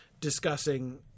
discussing